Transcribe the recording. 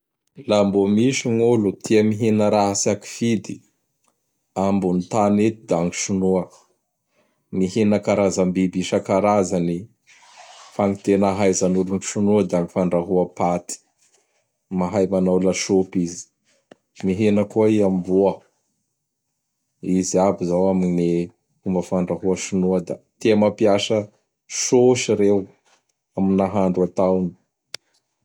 La mbô misy gn'olo tia mihinA raha tsy akifidy ambogny tany eto da gny Sinoa. Mihina karazam-biby isan-karazany. Fa gn tena ahaizan'olo gn Sinoa da gn fandrahoa paty. Mahay manao lasopy izy. Mihina koa i amboa. Izy aby zao amigny fomba fandrahoa Sinoa. Da tia mampiasa sôsy reo am nahandro ataony.